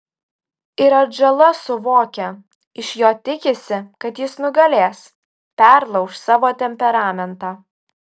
ir atžala suvokia iš jo tikisi kad jis nugalės perlauš savo temperamentą